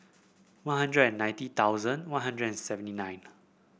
One Hundred ninety thousand One Hundred seventy nine